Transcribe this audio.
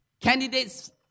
candidates